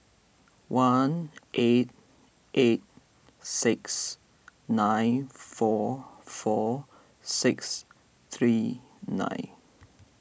one eight eight six nine four four six three nine